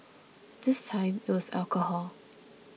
this time it was alcohol